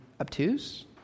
obtuse